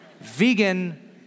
vegan